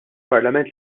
parlament